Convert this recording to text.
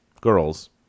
girls